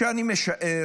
אני משער